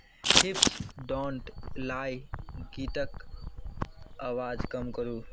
हिप्स don't lie गीतके आवाज कम करू